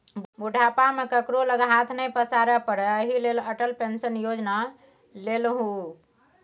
बुढ़ापा मे केकरो लग हाथ नहि पसारै पड़य एहि लेल अटल पेंशन योजना लेलहु